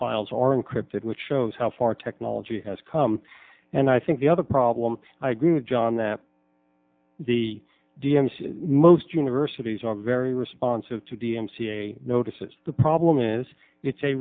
files are encrypted which shows how far technology has come and i think the other problem i agree with john that the dns most universities are very responsive to d m c a notices the problem is it's a